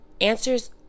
answers